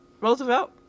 Roosevelt